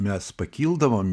mes pakildavom